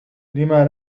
لما